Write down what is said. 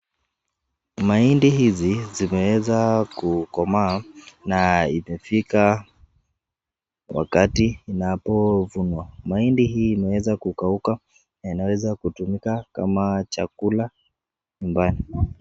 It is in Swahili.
Mahindi hizi zimeweza kukomaa na imefika wakati zinapovunwa. Mahindi hii imeweza kukauka na inaweza kutumika kama chakula nyumbani.